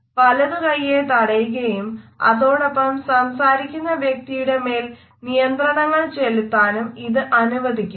വലതുകൈയ്യെ തടയുകയും അതോടൊപ്പം സംസാരിക്കുന്ന വ്യക്തിയുടെ മേൽ നിയന്ത്രങ്ങൾ ചെലുത്താനും ഇത് അനുവദിക്കുന്നു